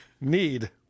need